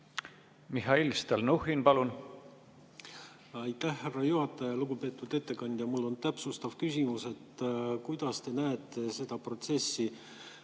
Mihhail Stalnuhhin, palun! Aitäh, härra juhataja! Lugupeetud ettekandja! Mul on täpsustav küsimus, kuidas te näete seda protsessi.